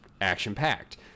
action-packed